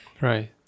Right